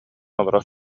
олорор